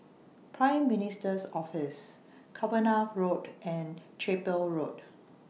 Prime Minister's Office Cavenagh Road and Chapel Road